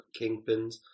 kingpins